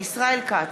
ישראל כץ,